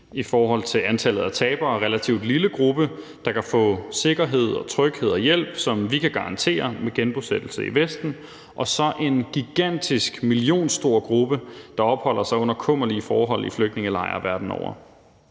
i forhold til antallet af tabere relativt lille gruppe, der kan få sikkerhed, tryghed og hjælp, som vi kan garantere genbosættelse med i Vesten, og så en gigantisk millionstor gruppe, der opholder sig under kummerlige forhold i flygtningelejre verden over.